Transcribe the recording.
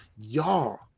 Y'all